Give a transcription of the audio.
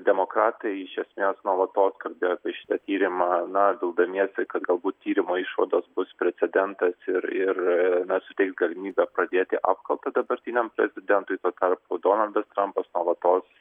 demokratai iš esmės nuolatos kalbėjo apie šitą tyrimą na vildamiesi kad galbūt tyrimo išvados bus precedentas ir ir na suteiks galimybę pradėti apkaltą dabartiniam prezidentui tuo tarpu donaldas trampas nuolatos